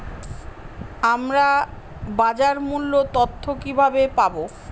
আমরা বাজার মূল্য তথ্য কিবাবে পাবো?